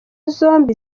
zombi